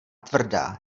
tvrdá